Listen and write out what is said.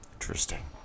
Interesting